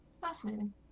fascinating